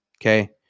okay